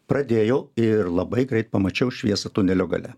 pradėjau ir labai greit pamačiau šviesą tunelio gale